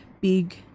big